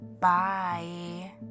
bye